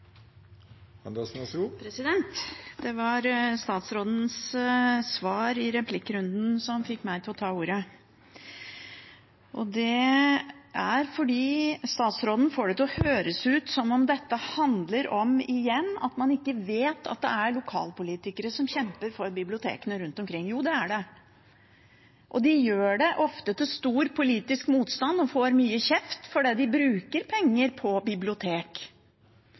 Det var statsrådens svar i replikkrunden som fikk meg til å ta ordet, fordi statsråden får det til å høres ut som om dette handler om – igjen – at man ikke vet at det er lokalpolitikere som kjemper for bibliotekene rundt omkring. Jo, det er det. Og de gjør det ofte til stor politisk motstand og får mye kjeft fordi de bruker penger på bibliotek.